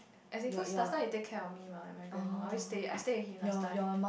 as in cause he last time always take care of me mah my grandpa I always stay I stay with him last time